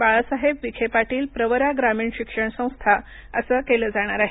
बाळासाहेब विखेपाटील प्रवरा ग्रामीण शिक्षण संस्था असं केलं जाणार आहे